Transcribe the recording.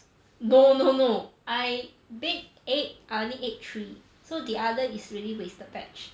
no no no I baked eight I only ate three so the other is really wasted batch